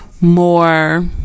more